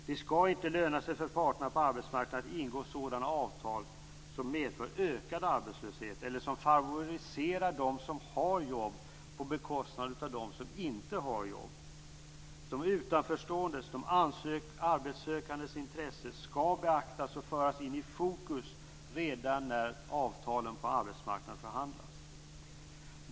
Det skall inte löna sig för parterna på arbetsmarknaden att ingå sådana avtal som medför ökad arbetslöshet eller som favoriserar dem som har jobb på bekostnad av dem som inte har jobb. De utanförstående, de arbetssökandes intressen skall beaktas och föras in i fokus redan när avtalen på arbetsmarknaden förhandlas.